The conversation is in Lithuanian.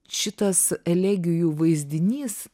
šitas elegijų vaizdinys